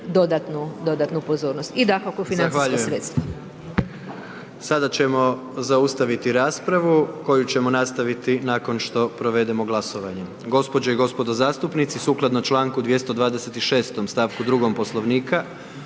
dodatnu pozornost. I dakako financijska sredstva.